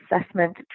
assessment